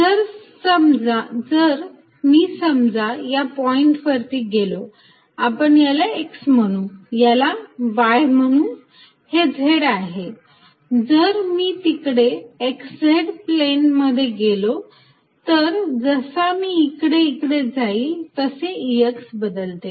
जर मी समजा या पॉईंट वरती आहे आपण याला x म्हणू याला y म्हणू हे Z आहे जर मी तिकडे xz प्लेन मध्ये गेलो तर जसा मी इकडे इकडे जाईल तसे Ex बदलते